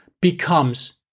becomes